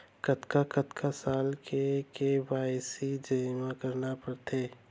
कतका कतका साल म के के.वाई.सी जेमा करना पड़थे?